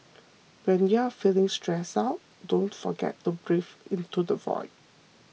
when you are feeling stressed out don't forget to breathe into the void